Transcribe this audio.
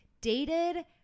dated